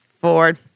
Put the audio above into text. Ford